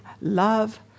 love